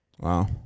Wow